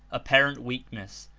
apparent weak ness,